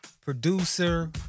producer